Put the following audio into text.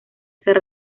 ser